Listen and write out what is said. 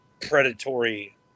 predatory